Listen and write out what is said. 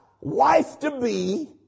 wife-to-be